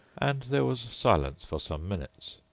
and there was silence for some minutes.